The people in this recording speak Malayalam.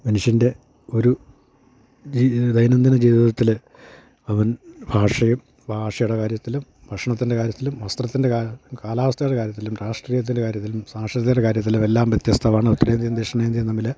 മനുഷ്യൻ്റെ ഒരു ദൈനംദിന ജീവിതത്തിൽ അവൻ ഭാഷയും ഭാഷയുടെ കാര്യത്തിലും ഭക്ഷണത്തിൻ്റെ കാര്യത്തിലും വസ്ത്രത്തിൻ്റെ കാലവസ്ഥയുടെ കാര്യത്തിലും രാഷ്ട്രീയത്തിൻ്റെ കാര്യത്തിലും സാക്ഷരതയുടെ കാര്യത്തിലും എല്ലാം വ്യത്യസ്തമാണ് ഉത്തരേന്ത്യയും ദക്ഷിണേന്ത്യയും തമ്മിൽ